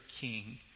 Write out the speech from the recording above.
king